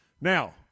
Now